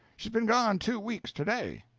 she's been gone two weeks today.